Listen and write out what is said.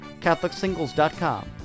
catholicsingles.com